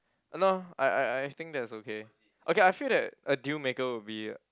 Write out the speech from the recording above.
uh no I I I think that's okay okay I feel that a deal maker would be